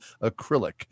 acrylic